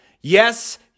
Yes